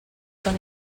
són